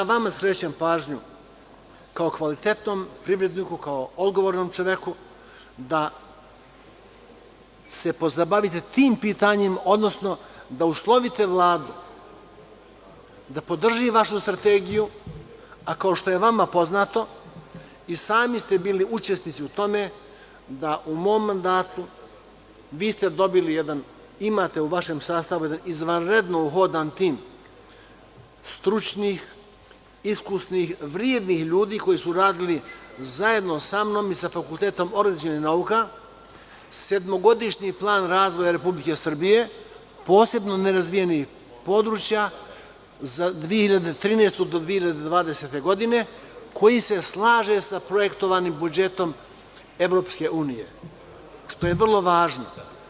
Skrećem vam pažnju kao kvalitetnom privredniku, kao odgovornom čoveku da se pozabavite tim pitanjima, odnosno da uslovite Vladu da podrži vašu strategiju, a kao što je vama poznato, i sami ste bili učesnici u tome da u mom mandatu imate u vašem sastavujedan izvanredno uhodan tim stručnih, iskusnih, vrednih ljudi, koji su radili zajedno samnom i sa Fakultetom organizacionih nauka sedmogodišnji plan razvoja Republike Srbije, posebno nerazvijenih područja za 2013. do 2020. godine, koji se slaže sa projektovanim budžetom EU, što je vrlo važno.